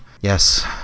Yes